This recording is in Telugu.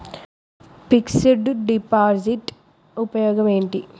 ఫిక్స్ డ్ డిపాజిట్ ఉపయోగం ఏంటి?